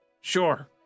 Sure